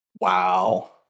wow